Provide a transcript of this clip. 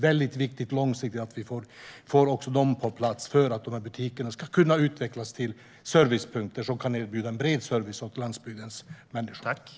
Det är viktigt långsiktigt att vi får dessa stöd på plats för att butikerna ska kunna utvecklas till servicepunkter som kan erbjuda en bred service till landsbygdens människor.